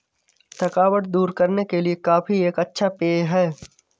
थकावट दूर करने के लिए कॉफी एक अच्छा पेय है